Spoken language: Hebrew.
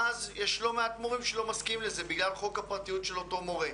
ואז יש לא מעט מורים שלא מסכימים לזה בגלל חוק הפרטיות של אותו מורה.